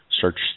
search